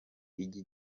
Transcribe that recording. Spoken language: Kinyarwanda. iki